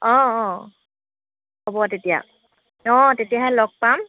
অঁ অঁ হ'ব তেতিয়া অঁ তেতিয়াহে লগ পাম